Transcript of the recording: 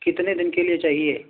کتنے دن کے لیے چاہیے